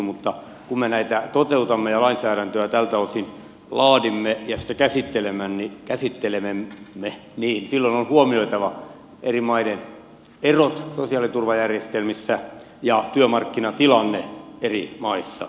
mutta kun me näitä toteutamme ja lainsäädäntöä tältä osin laadimme ja sitä käsittelemme niin silloin on huomioitava eri maiden erot sosiaaliturvajärjestelmissä ja työmarkkinatilanne eri maissa